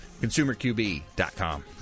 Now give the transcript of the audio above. consumerqb.com